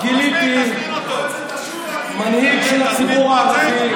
גיליתי מנהיג של הציבור הערבי,